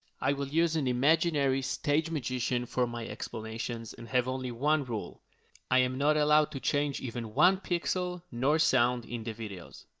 i will use an imaginary stage magician for my explanations, and have only one rule i am not allowed to change even one pixel nor sound in the videos.